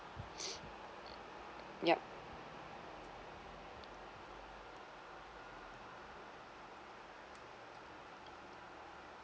yup